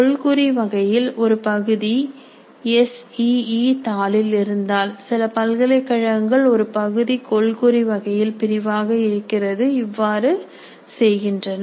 கொள்குறி வகையில் ஒரு பகுதி எஸ் இ இ தாளில் இருந்தால் சில பல்கலைக்கழகங்கள் ஒரு பகுதி கொள்குறி வகையில் பிரிவாக இருக்கிறது இவ்வாறு செய்கின்றன